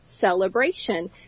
celebration